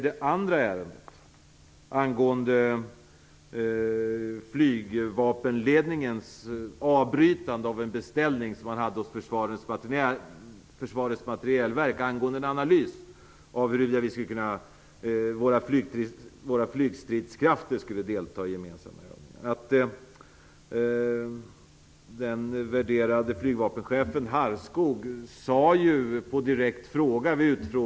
Det andra ärendet gäller flygvapenledningens avbrytande av en beställning som man hade hos Försvarets materielverk angående en analys av huruvida våra flygstridskrafter skulle delta i gemensamma övningar.